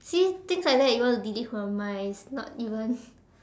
see things like that you want to believe her my it's not even